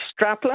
strapless